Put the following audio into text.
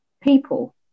people